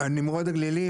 נמרוד הגלילי,